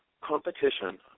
competition